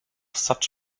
such